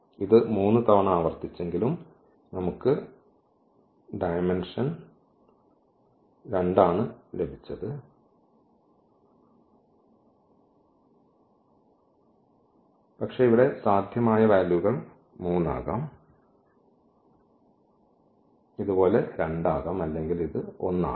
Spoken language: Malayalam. ഇത് 3 തവണ ആവർത്തിച്ചെങ്കിലും നമുക്ക് ഈ ഡയമെന്ഷൻ 3 ആണ് ലഭിച്ചത് 2 അല്ല 1 അല്ല പക്ഷേ ഇവിടെ സാധ്യമായ വാല്യൂകൾ 3 ആകാം ഇവിടെ ഇത് പോലെ 2 ആകാം അല്ലെങ്കിൽ ഇത് 1 ആകാം